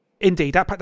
Indeed